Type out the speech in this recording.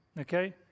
Okay